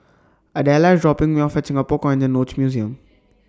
Adella IS dropping Me off At Singapore Coins and Notes Museum